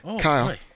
Kyle